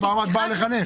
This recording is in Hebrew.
עוד פעם את באה לחנך?